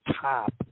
top